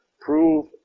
prove